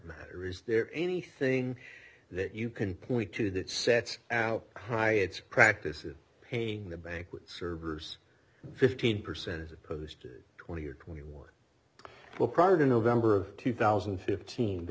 matter is there anything that you can point to that sets out high it's practices paying the bank with servers fifteen percent as opposed to twenty or twenty one well prior to november two thousand and fifteen the